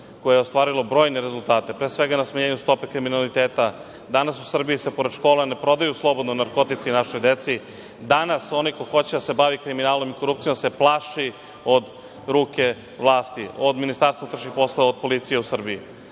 koje je ostvarilo brojne rezultate. Pre svega na smanjenju stope kriminaliteta. Danas se u Srbiji pored škola ne prodaju slobodno narkotici našoj deci. Danas onaj ko hoće da se bavi kriminalom i korupcijom se plaši od ruke vlasti, od MUP-a, od policije u Srbiji.